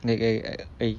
like I I